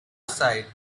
aside